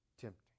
tempting